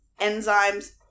enzymes